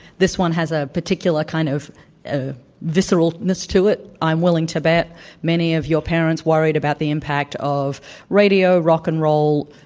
this one has a particular kind of ah visceral ness to it. i'm willing to bet many of your parents worried about the impact of radio, rock and roll,